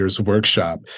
workshop